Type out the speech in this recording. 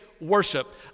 worship